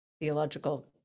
theological